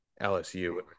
LSU